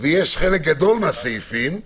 ויש חלק גדול מהסעיפים,